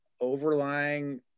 overlying